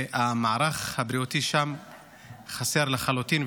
והמערך הבריאותי שם חסר לחלוטין.